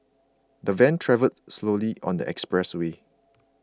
the van travelled slowly on the expressway